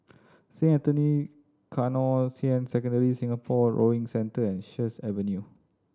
Saint Anthony Canossian Secondary Singapore Rowing Centre and Sheares Avenue